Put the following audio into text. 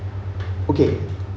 okay